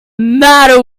matter